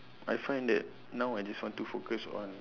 I find that now I just want to focus on